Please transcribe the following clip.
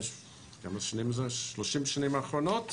--- ב-30 השנים האחרונות